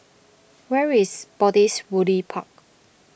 where is Spottiswoode Park